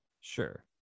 Sure